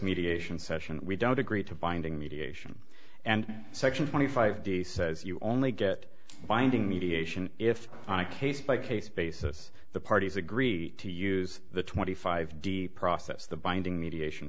mediation session we don't agree to binding mediation and section twenty five d says you only get binding mediation if on a case by case basis the parties agree to use the twenty five d process the binding mediation